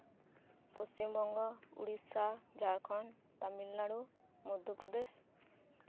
Paschimbanga Orissa Jharkhand Tamilnadu Madhya Pradesh